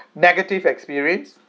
negative experience